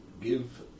Give